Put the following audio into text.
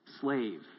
Slave